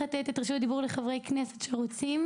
לתת את רשות הדיבור לחברי כנסת שרוצים.